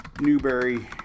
Newberry